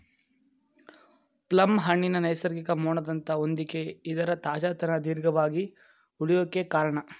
plum ಹಣ್ಣಿನ ನೈಸರ್ಗಿಕ ಮೇಣದಂಥ ಹೊದಿಕೆ ಇದರ ತಾಜಾತನ ದೀರ್ಘವಾಗಿ ಉಳ್ಯೋಕೆ ಕಾರ್ಣ